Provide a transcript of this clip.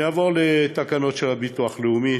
אני אעבור לתקנות של הביטוח הלאומי,